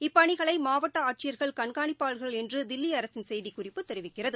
இப்பணிகளைமாவட்டஆட்சியர்கள் கண்காணிப்பார்கள் என்றுதில்லிஅரசின் செய்திக்குறிப்பு தெரிவிக்கிறது